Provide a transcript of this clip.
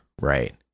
right